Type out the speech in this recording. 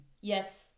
yes